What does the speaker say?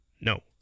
No